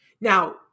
Now